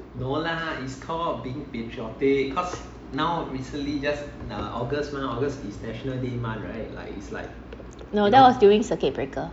no that was during circuit breaker